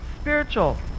Spiritual